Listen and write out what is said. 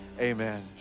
Amen